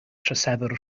troseddwr